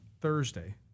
Thursday